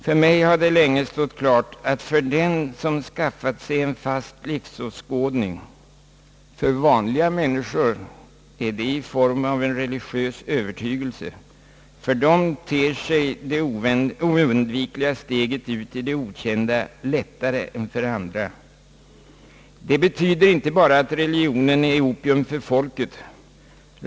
För mig har det länge stått klart, att för dem som skaffat sig en fast livsåskådning — för vanliga människor i form av en religiös övertygelse — för dem ter sig det oundvikliga steget ut i det okända lättare än för andra. Det betyder inte bara att religionen är opium för folket.